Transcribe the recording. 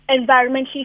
environmentally